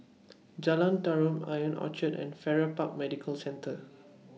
Jalan Tarum Ion Orchard and Farrer Park Medical Centre